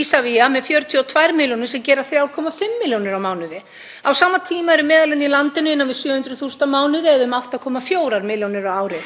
Isavia með 42 milljónir, sem gera 3,5 milljónir á mánuði. Á sama tíma eru meðallaun í landinu innan við 700.000 kr. á mánuði, eða um 8,4 milljónir á ári,